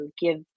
give